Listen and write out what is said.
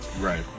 right